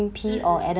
mm mm